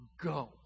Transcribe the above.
go